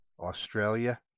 Australia